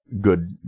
good